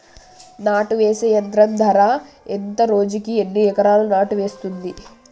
నాటు వేసే యంత్రం ధర ఎంత రోజుకి ఎన్ని ఎకరాలు నాటు వేస్తుంది?